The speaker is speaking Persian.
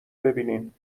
ببینینبازم